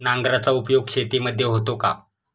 नांगराचा उपयोग शेतीमध्ये होतो का?